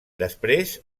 després